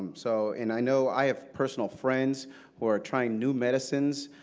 um so and i know i have personal friends who are trying new medicines,